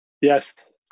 Yes